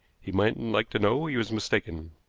he mightn't like to know he was mistaken.